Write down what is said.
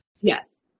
Yes